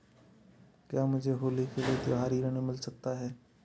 क्या मुझे होली के लिए त्यौहारी ऋण मिल सकता है?